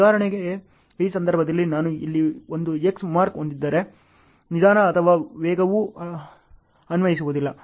ಉದಾಹರಣೆಗೆ ಈ ಸಂದರ್ಭದಲ್ಲಿ ನಾನು ಇಲ್ಲಿ ಒಂದು X ಮಾರ್ಕ್ ಹೊಂದಿದ್ದರೆ ನಿಧಾನ ಅಥವಾ ವೇಗವು ಅನ್ವಯಿಸುವುದಿಲ್ಲ